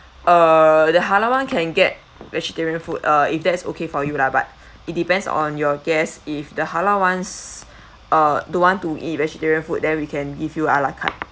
uh the halal [one] can get vegetarian food uh if that's okay for you lah but it depends on your guests if the halal ones uh don't want to eat vegetarian food then we can give you ala carte